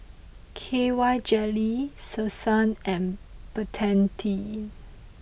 K Y Jelly Selsun and Betadine